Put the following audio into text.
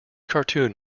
cartoon